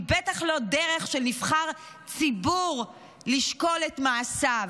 היא בטח לא דרך של נבחר ציבור לשקול את מעשיו.